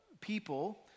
people